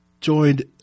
joined